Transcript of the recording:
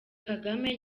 kagame